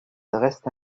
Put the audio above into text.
restent